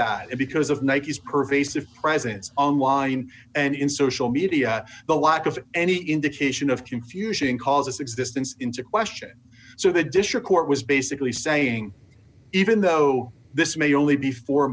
and because of nike's pervasive presence online and in social media the lack of any indication of confusion causes existence into question so the district court was basically saying even though this may only be four